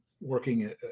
working